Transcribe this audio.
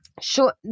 Sure